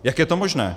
Jak je to možné?